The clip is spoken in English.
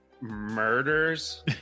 murders